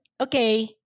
Okay